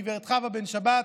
גב' חוה בן שבת,